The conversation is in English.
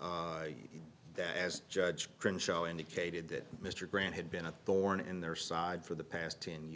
that as judge brinn show indicated that mr grant had been a thorn in their side for the past ten